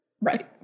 right